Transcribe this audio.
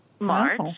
March